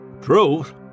Truth